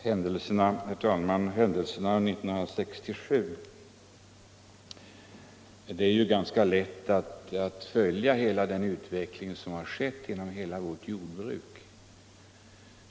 Herr talman! Beträffande händelserna 1967 är det ganska lätt att följa den utveckling som skett inom hela vårt jordbruk.